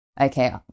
okay